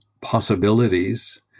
possibilities